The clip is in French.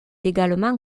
également